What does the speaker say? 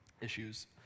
issues